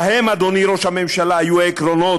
להם, אדוני ראש הממשלה, היו עקרונות,